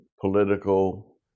political